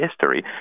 history